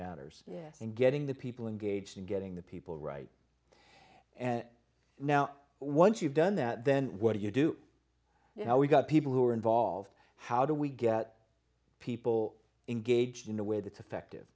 matters and getting the people engaged and getting the people right and now once you've done that then what do you do now we've got people who are involved how do we get people engaged in a way that effective